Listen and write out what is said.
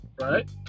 right